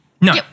No